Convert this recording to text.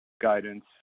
guidance